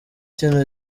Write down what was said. kino